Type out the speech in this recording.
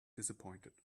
disappointed